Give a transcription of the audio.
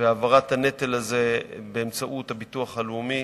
והעברת הנטל הזה באמצעות הביטוח הלאומי.